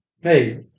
Hey